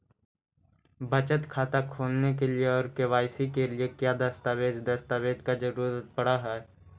बचत खाता खोलने के लिए और के.वाई.सी के लिए का क्या दस्तावेज़ दस्तावेज़ का जरूरत पड़ हैं?